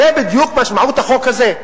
זה בדיוק משמעות החוק הזה.